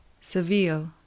Seville